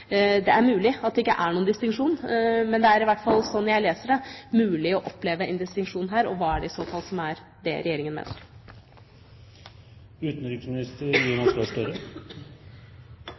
Det er mulig at det ikke er noen distinksjon, men det er i hvert fall, sånn jeg leser det, mulig å oppleve en distinksjon her. Hva er det i så fall regjeringa mener? La meg ta det siste først. Det er, som jeg oppfatter det,